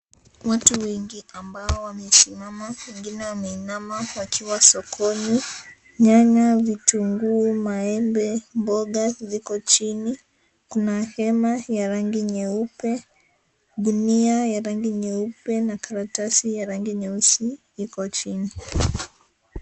Watu wengi ambao wamesimama, wengine wameinama wakiwa sokoni. Nyanya, vitunguu, maembe, mboga ziko chini. Kuna hema ya rangi nyeupe, gunia ya rangi nyeupe na karatasi ya rangi nyeusi iko chini.